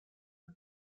que